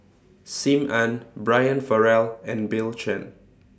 SIM Ann Brian Farrell and Bill Chen